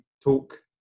talk